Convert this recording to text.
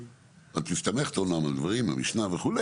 את מסתמכת אומנם על דברים כמו המשנה וכו',